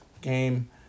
game